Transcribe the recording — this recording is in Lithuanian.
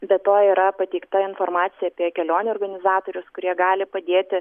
be to yra pateikta informacija apie kelionių organizatorius kurie gali padėti